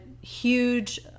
huge